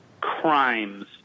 crimes